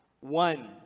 one